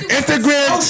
Instagram